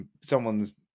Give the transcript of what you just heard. someone's